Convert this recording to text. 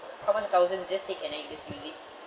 from one hundred thousand just take and then you just use it